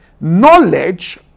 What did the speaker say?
Knowledge